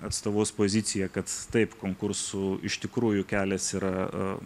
atstovaus poziciją kad taip konkursų iš tikrųjų kelias yra